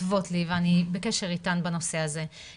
וכותבות לי ואני בקשר איתן בנושא הזה.